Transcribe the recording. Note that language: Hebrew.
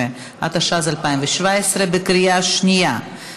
16), התשע"ז 2017, בקריאה שנייה.